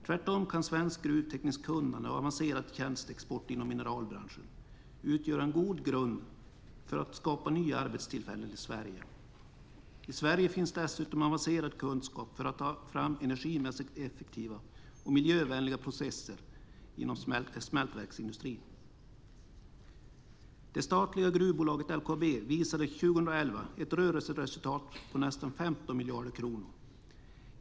Tvärtom kan svenskt gruvtekniskt kunnande och avancerad tjänsteexport inom mineralbranschen utgöra en god grund för att skapa nya arbetstillfällen i Sverige. I Sverige finns dessutom avancerad kunskap för att ta fram energimässigt effektiva och miljövänliga processer inom smältverksindustrin. Det statliga gruvbolaget LKAB visade 2011 ett rörelseresultat på nästan 15 miljarder kronor.